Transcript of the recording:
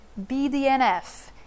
BDNF